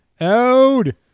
Ode